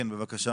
כן, בבקשה.